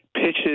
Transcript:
pitches